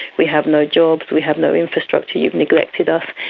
we have no jobs, we have no infrastructure, you've neglected us.